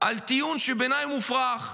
על טיעון שבעיניי הוא מופרך: